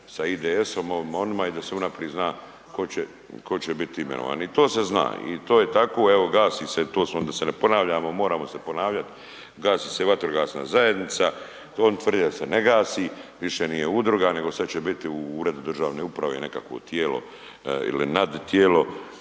sa IDS-om, ovima, onima i da se unaprid zna ko će, ko će bit imenovan i to se zna i to je tako, evo gasi se, to smo da se ne ponavljamo, moramo se ponavljat, gasi se vatrogasna zajednica, oni tvrde da se ne gasi, više nije udruga nego sada će biti u uredu državne uprave nekakvo tijelo ili nad tijelo,